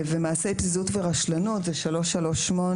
ומעשה פזיזות ורשלנות זה 338,